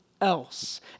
else